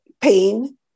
pain